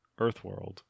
Earthworld